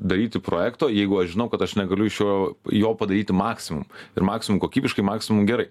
daryti projekto jeigu aš žinau kad aš negaliu iš jo jo padaryti maksimum ir maksimum kokybiškai maksimum gerai